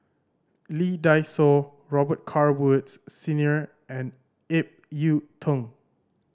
Lee Dai Soh Robet Carr Woods Senior and Ip Yiu Tung